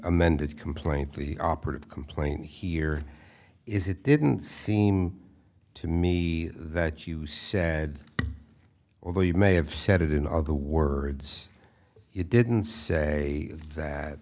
amended complaint the operative complaint here is it didn't seem to me that you said although you may have said it in other words you didn't say that